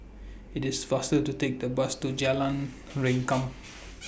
IT IS faster to Take The Bus to Jalan Rengkam